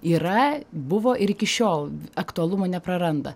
yra buvo ir iki šiol aktualumo nepraranda